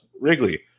Wrigley